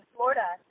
Florida